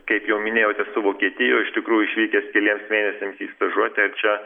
kaip jau minėjot esu vokietijoj iš tikrųjų išvykęs keliems mėnesiams į stažuotę ir čia